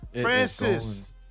Francis